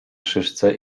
szyszce